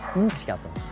inschatten